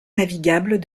navigable